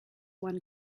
one